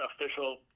official